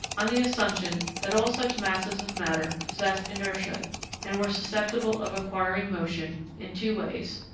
on the assumption that all such masses of matter possessed inertia and were susceptible of acquiring motion, in two ways,